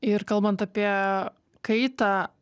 ir kalbant apie kaitą